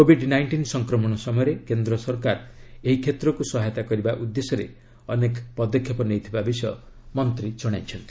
Covid nineteen ସଂକ୍ମଣ ସମୟରେ କେନ୍ଦ୍ ସରକାର ଏହି କ୍ଷେତ୍କୁ ସହାୟତା କରିବା ଉଦ୍ଦେଶ୍ୟରେ ଅନେକ ପଦକ୍ଷେପ ନେଇଥିବାର ମନ୍ତ୍ରୀ ଜଣାଇଛନ୍ତି